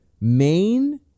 Maine